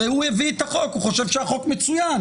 הרי הוא הביא את החוק, הוא חושב שהחוק מצוין.